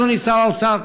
אדוני שר האוצר,